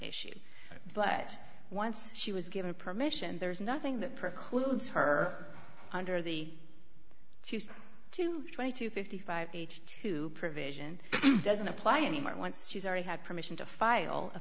issue but once she was given permission there's nothing that precludes her under the she was to twenty to fifty five each to prevention doesn't apply anymore once she's already had permission to file a